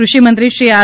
ફૃષિ મંત્રી શ્રી આર